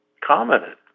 commented